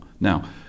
Now